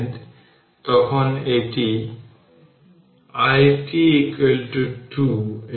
এখন vt0 v1 t0 v2 t0 vn t0 যাই হোক না কেন সার্কিট এই রকম এই সার্কিটটি t t0 এ সব প্রারম্ভিক এবং তার মানে vt0 এখানে v1 t0 v2 t0 হবে